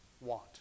want